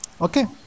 okay